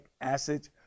acid